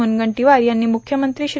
मुनगंदीवार यांनी मुख्यमंत्री श्री